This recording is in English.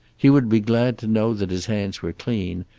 he would be glad to know that his hands were clean,